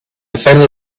finally